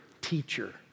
teacher